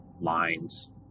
lines